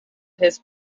his